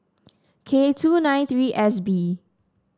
K two nine three S B